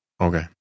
Okay